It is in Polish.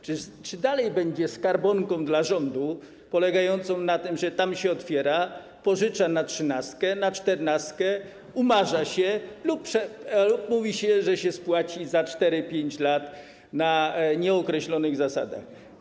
Czy dalej będzie skarbonką dla rządu, polegającą na tym, że tam się otwiera, pożycza na trzynastkę, na czternastkę, umarza się lub mówi się, że się spłaci za 4 lata, za 5 pięć lat na nieokreślonych zasadach.